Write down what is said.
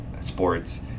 sports